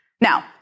Now